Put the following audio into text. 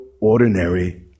ordinary